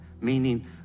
meaning